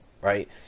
Right